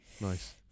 Nice